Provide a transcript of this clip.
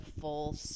full